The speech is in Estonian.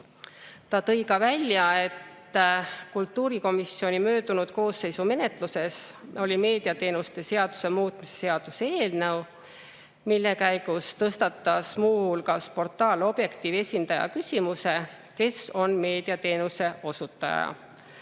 Ta tõi ka välja, et kultuurikomisjoni eelmise koosseisu menetluses oli meediateenuste seaduse muutmise seaduse eelnõu, mille käigus tõstatas muu hulgas portaali Objektiiv esindaja küsimuse, kes on meediateenuse osutaja.